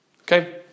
Okay